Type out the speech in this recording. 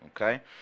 okay